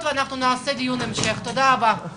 ונקיים דיון מעקב, תודה לכולם הישיבה נעולה.